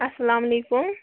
اَسلام علیکُم